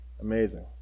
Amazing